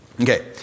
okay